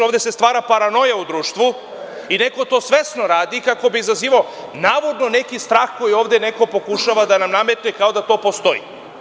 Ovde se stvara paranoja u društvu i neko to svesno radi kako bi izazivao navodno neki strah koji ovde neko pokušava da nam nametne kao da to postoji.